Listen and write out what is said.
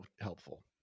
helpful